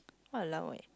!walao! eh